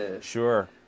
Sure